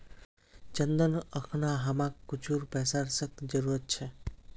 चंदन अखना हमाक कुछू पैसार सख्त जरूरत छ